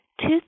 Two